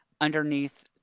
underneath